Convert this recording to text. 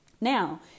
Now